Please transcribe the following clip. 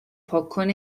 پاکن